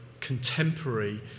contemporary